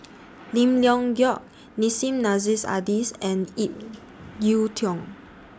Lim Leong Geok Nissim Nassim Adis and Ip Yiu Tung